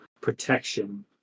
protection